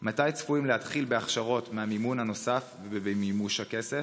2. מתי צפויים להתחיל בהכשרות מהמימון הנוסף ובמימוש הכסף?